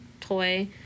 toy